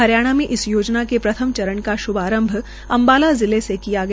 हरियाणा में इस योजना के प्रथम चरण का श्भारंभ अम्बाला जिले से किया गया